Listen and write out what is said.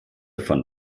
von